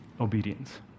obedience